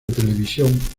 televisión